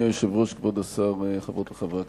אדוני היושב-ראש, כבוד השר, חברות וחברי הכנסת,